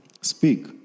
Speak